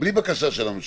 בלי בקשה של הממשלה?